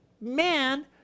man